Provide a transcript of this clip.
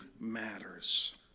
matters